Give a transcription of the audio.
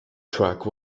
truck